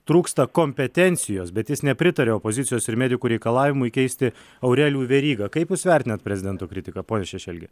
trūksta kompetencijos bet jis nepritarė opozicijos ir medikų reikalavimui keisti aurelijų verygą kaip vertinat prezidento kritiką pone šešelgi